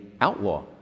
outlaw